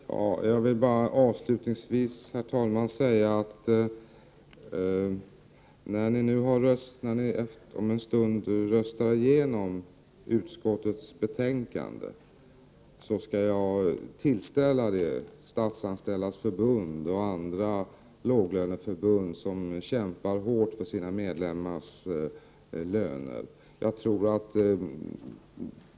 Herr talman! Jag vill bara avslutningsvis säga att jag efter det att ni om en stund har röstat igenom utskottets förslag skall tillställa beslutet Statsanställdas förbund och andra låglöneförbund, som kämpar hårt för sina medlemmarslöner.